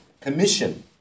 commission